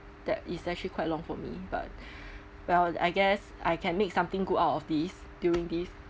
that is actually quite long for me but well I guess I can make something good out of this during this